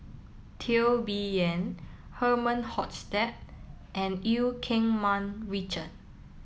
Teo Bee Yen Herman Hochstadt and Eu Keng Mun Richard